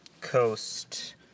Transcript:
coast